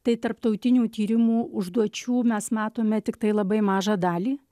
tai tarptautinių tyrimų užduočių mes matome tiktai labai mažą dalį